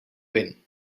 ven